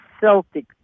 Celtic